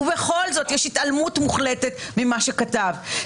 ובכל זאת יש התעלמות מוחלטת ממה שכתבת?